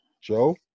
Joe